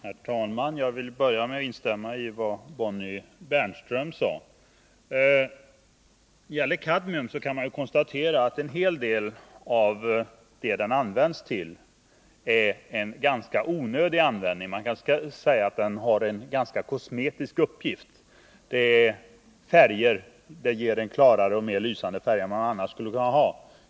Herr talman! Jag vill börja med att instämma i vad Bonnie Bernström sade. När det gäller kadmium kan man konstatera att en hel del av vad det används till är en ganska onödig användning. Det har en ganska kosmetisk uppgift. Kadmium ger klarare och mer lysande färger än man annars skulle kunna ' åstadkomma.